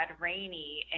Rainy